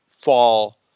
fall